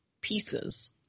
pieces